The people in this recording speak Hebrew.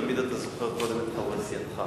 תמיד אתה זוכר קודם את חברי סיעתך.